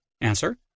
Answer